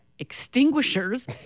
extinguishers